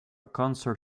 concert